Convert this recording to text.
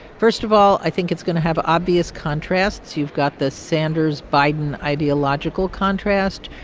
first of all, i think it's going to have obvious contrasts. you've got the sanders-biden ideological contrast.